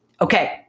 Okay